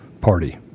party